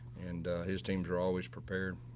and his teams are always prepared.